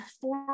four